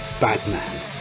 Batman